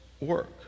work